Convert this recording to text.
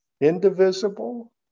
indivisible